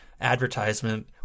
Advertisement